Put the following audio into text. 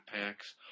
packs